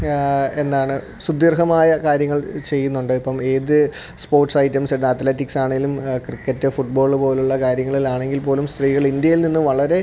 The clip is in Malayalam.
എന്താണ് സുദീർഘമായ കാര്യങ്ങൾ ചെയ്യുന്നുണ്ട് ഇപ്പം ഏതു സ്പോർട്സ് ഐറ്റംസ്സുണ്ട് അത്ലറ്റിക്സാണെങ്കിലും ക്രിക്കറ്റ് ഫുട്ബോൾ പോലെയുള്ള കാര്യങ്ങളിലാണെങ്കിൽപ്പോലും സ്ത്രീകളിന്ത്യയിൽ നിന്നും വളരെ